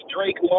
Drake